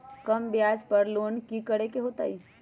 कम ब्याज पर लोन की करे के होतई?